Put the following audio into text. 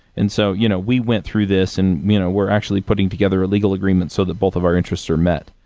and so, you know we went through this and you know we're actually putting together a legal agreement so that both of our interests are met.